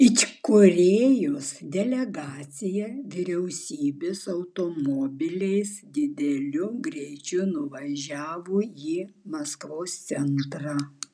ičkerijos delegacija vyriausybės automobiliais dideliu greičiu nuvažiavo į maskvos centrą